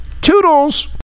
Toodles